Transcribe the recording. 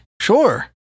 Sure